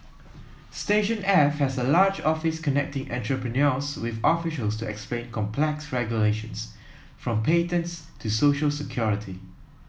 station F has a large office connecting entrepreneurs with officials to explain complex regulations from patents to social security